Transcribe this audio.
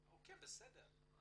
לא,